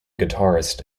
guitarist